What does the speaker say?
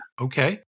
Okay